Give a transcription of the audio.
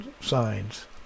signs